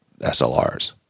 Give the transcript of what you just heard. SLRs